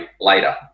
later